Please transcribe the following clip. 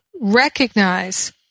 recognize